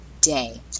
day